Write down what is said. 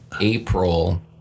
April